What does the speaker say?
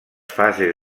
fases